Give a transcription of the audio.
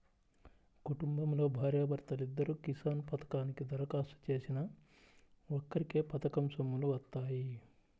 కుటుంబంలో భార్యా భర్తలిద్దరూ కిసాన్ పథకానికి దరఖాస్తు చేసినా ఒక్కరికే పథకం సొమ్ములు వత్తాయి